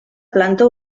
planta